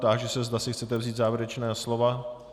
Táži se, zda si chcete vzít závěrečná slova.